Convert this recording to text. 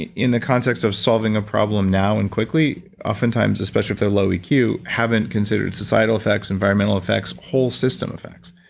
and in the context of solving a problem now and quickly oftentimes, especially for low eq, haven't considered societal effects, environmental effects, whole system effects.